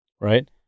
right